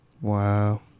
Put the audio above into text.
Wow